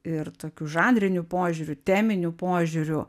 ir tokiu žanriniu požiūriu teminiu požiūriu